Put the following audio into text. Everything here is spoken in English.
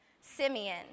Simeon